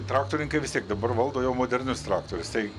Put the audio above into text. traktorinkai vis tiek dabar valdo jau modernius traktorius tai